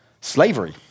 Slavery